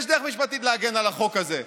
יש דרך משפטית להגן על החוק הזה.